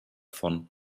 von